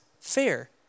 fair